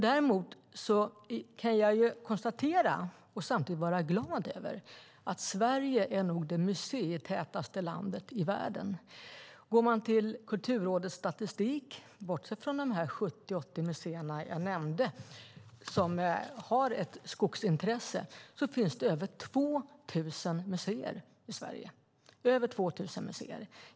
Däremot kan jag konstatera och samtidigt vara glad över att Sverige nog är det museitätaste landet i världen. Enligt Kulturrådets statistik finns det, bortsett från de 70-80 museer som jag nämnde som har ett skogsintresse, finns det över 2 000 museer i Sverige.